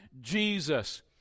Jesus